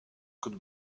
could